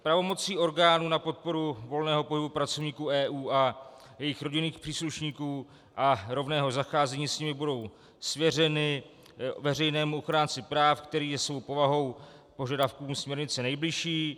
Pravomoci orgánů na podporu volného pohybu pracovníků EU a jejich rodinných příslušníků a rovného zacházení s nimi budou svěřeny veřejnému ochránci práv, který je svou povahou požadavkům směrnice nejbližší.